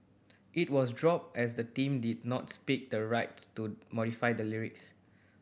it was dropped as the team did not speak the rights to modify the lyrics